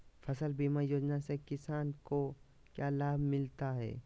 फसल बीमा योजना से किसान को क्या लाभ मिलता है?